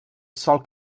sol